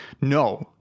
No